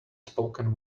spoken